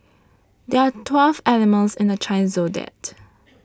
there are twelve animals in the Chinese zodiac